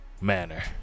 manner